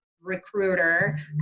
recruiter